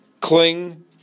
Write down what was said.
cling